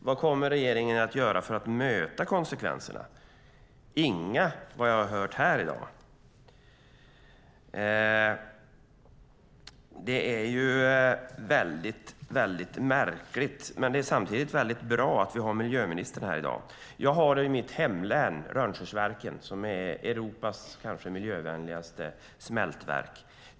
Vad kommer regeringen att göra för att möta konsekvenserna? Inget, vad jag har hört här i dag. Det är väldigt märkligt, men det är samtidigt väldigt bra att vi har miljöministern här. I mitt hemlän finns Rönnskärsverken, som är Europas kanske miljövänligaste smältverk.